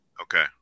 Okay